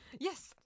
Yes